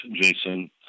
Jason